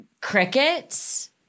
crickets